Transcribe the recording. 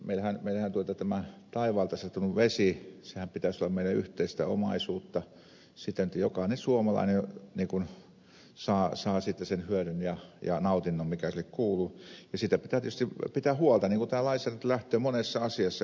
meillähän tämän taivaalta sataneen veden pitäisi olla meidän yhteistä omaisuutta siten että jokainen suomalainen saa siitä sen hyödyn ja nautinnon mikä sille kuuluu ja siitä pitää tietysti pitää huolta mistä täällä laissa nyt lähdetään monessa asiassa